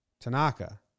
Tanaka